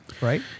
right